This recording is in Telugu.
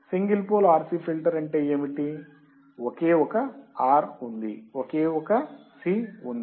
సింగిల్ పోల్ RC ఫిల్టర్ అంటే ఏమిటి ఒకే ఒక R ఉంది ఒకే ఒక C ఉంది